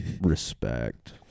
Respect